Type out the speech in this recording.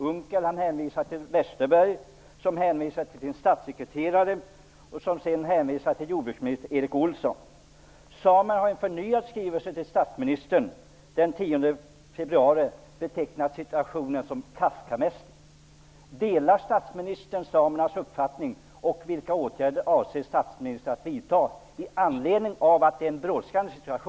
Unckel hänvisade till Westerberg som i sin tur hänvisade till sin statssekreterare. Karl Erik Olsson. Samerna har i en förnyad skrivelse till statsministern den 10 februari betecknat situationen som Kafkamässig.